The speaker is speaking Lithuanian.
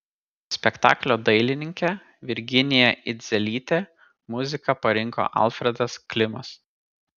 spektaklio dailininkė virginija idzelytė muziką parinko alfredas klimas